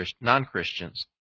non-Christians